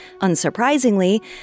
Unsurprisingly